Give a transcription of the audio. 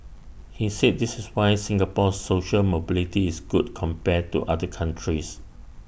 he said this is why Singapore's social mobility is good compared to other countries